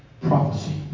prophecy